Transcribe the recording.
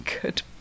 good